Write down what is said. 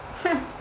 hmm